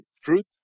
fruit